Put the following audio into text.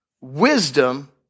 Wisdom